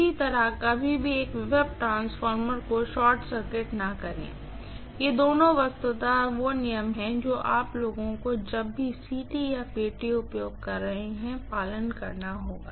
इसी तरह कभी भी एक वोल्टेज ट्रांसफार्मर को शॉर्ट सर्किट न करें ये दोनों वस्तुतःवो नियम हैं जो आप लोगों को जब भी आप CT या PT का उपयोग कर रहे हैं तो उसका पालन करना होगा